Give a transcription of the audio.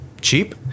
cheap